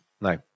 No